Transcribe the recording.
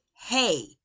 hey